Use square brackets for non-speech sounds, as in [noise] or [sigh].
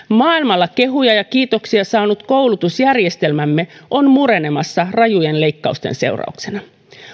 [unintelligible] maailmalla kehuja ja kiitoksia saanut koulutusjärjestelmämme on murenemassa rajujen leikkausten seurauksena